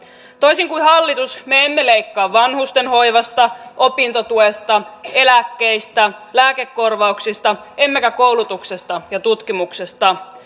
toisin kuin hallitus me emme leikkaa vanhustenhoivasta opintotuesta eläkkeistä lääkekorvauksista emmekä koulutuksesta ja tutkimuksesta